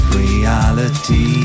reality